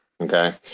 okay